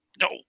No